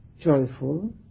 joyful